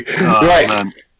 right